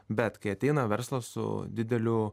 bet kai ateina verslas su dideliu